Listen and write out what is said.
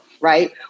right